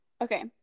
Okay